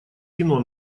кино